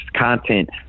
content